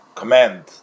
command